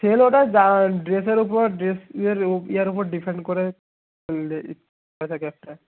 sell ওটা যা ড্রেসের ওপর ড্রেসের ও ইয়ের ওপর ডিপেন্ড করে করা থাকে একটা